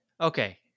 Okay